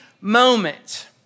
moment